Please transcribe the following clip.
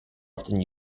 often